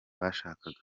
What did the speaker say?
bashakaga